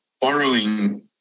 borrowing